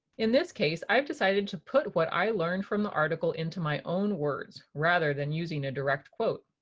in this case, i've decided to put what i learned from the article into my own words rather than using a direct quote.